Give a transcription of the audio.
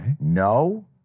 No